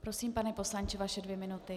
Prosím, pane poslanče, vaše dvě minuty.